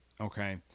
Okay